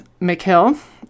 McHill